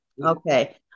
Okay